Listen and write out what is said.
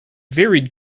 varied